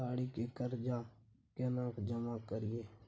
गाड़ी के कर्जा केना जमा करिए?